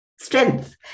strength